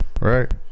Right